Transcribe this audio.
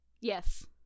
Yes